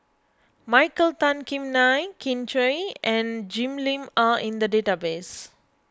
Michael Tan Kim Nei Kin Chui and Jim Lim are in the database